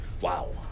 wow